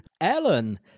Ellen